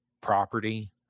property